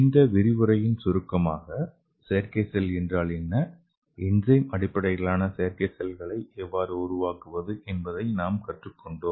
இந்த விரிவுரையின் சுருக்கமாகசெயற்கை செல் என்றால் என்ன என்சைம் அடிப்படையிலான செயற்கை செல்களை எவ்வாறு உருவாக்குவது என்பதை நாம் கற்றுக்கொண்டோம்